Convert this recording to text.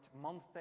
month